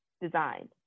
design